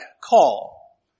call